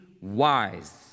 wise